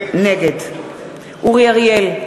נגד אורי אריאל,